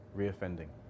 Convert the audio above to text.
re-offending